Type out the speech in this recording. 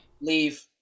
Leave